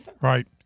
right